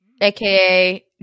aka